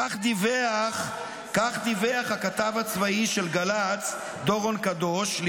כך דיווח הכתב הצבאי של גל"צ דורון קדוש,